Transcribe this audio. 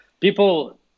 People